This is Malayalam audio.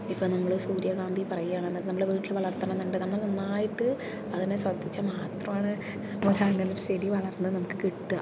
ഇപ്പോൾ നമ്മൾ സൂര്യകാന്തി പറയുകയാണെന്ന് നമ്മളെ വീട്ടിൽ വളർത്തണം എന്നുണ്ട് നമ്മൾ നന്നായിട്ട് അതിനെ ശ്രദ്ധിച്ചാൽ മാത്രമാണ് ഇപ്പോൾ ഇതാ അങ്ങനെ ഒരു ചെടി വളർന്ന് നമുക്ക് കിട്ടുക